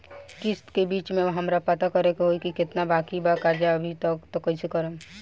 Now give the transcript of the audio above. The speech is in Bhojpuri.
किश्त के बीच मे हमरा पता करे होई की केतना बाकी बा कर्जा अभी त कइसे करम?